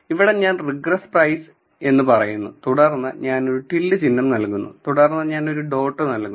ഇവിടെ ഞാൻ regress price പറയുന്നു തുടർന്ന് ഞാൻ ഒരു ടിൽഡ് ചിഹ്നം നൽകുന്നു തുടർന്ന് ഞാൻ ഒരു ഡോട്ട് നൽകുന്നു